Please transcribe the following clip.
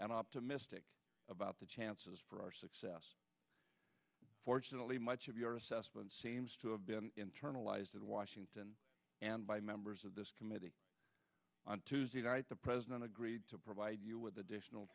and optimistic about the chances for our success fortunately much of your assessment seems to have been internalized in washington and by members of this committee on tuesday night the president agreed to provide you with additional